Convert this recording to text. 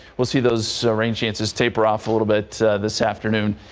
we'll see those rain chances taper off a little but this afternoon.